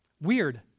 Weird